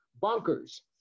bunkers